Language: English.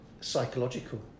psychological